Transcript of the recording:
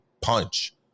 punch